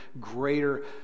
greater